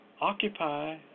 occupy